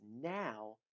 now